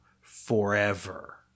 forever